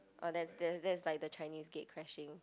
oh that's that's that's like the Chinese gatecrashing